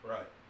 Right